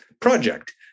project